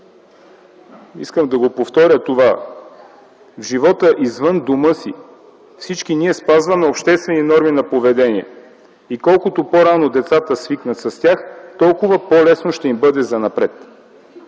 Искам да го повторя това: в живота извън дома си всички ние спазваме обществени норми на поведение и колкото по-рано децата свикнат с тях, толкова по-лесно ще им бъде занапред.